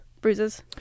bruises